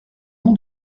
nom